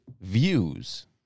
views